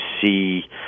see